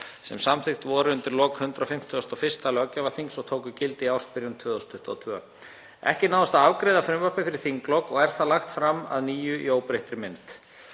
sem samþykkt voru undir lok 151. löggjafarþings og tóku gildi í ársbyrjun 2022. Ekki náðist að afgreiða frumvarpið fyrir þinglok og er það lagt fram að nýju í óbreyttri mynd.